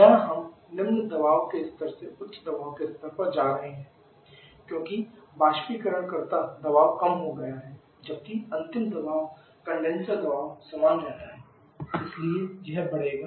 यहां हम निम्न दबाव के स्तर से उच्च दबाव के स्तर पर जा रहे हैं क्योंकि बाष्पीकरणकर्ता दबाव कम हो गया है जबकि अंतिम दबाव कंडेनसर दबाव समान रहता है इसलिए यह बढ़ेगा